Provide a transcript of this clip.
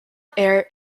air